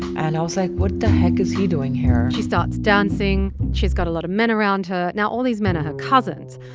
and i was like, what the heck is he doing here? she starts dancing. she's got a lot of men around her. now, all these men are cousins.